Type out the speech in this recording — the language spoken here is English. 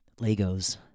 Legos